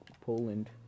Poland